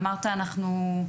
אמרת אנחנו,